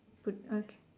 put a